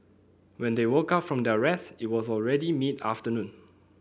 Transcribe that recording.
when they woke up from their rest it was already mid afternoon